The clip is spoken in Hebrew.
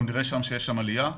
אנחנו נראה שיש שם עלייה.